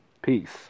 Peace